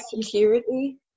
security